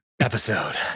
episode